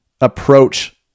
approach